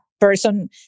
person